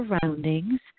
surroundings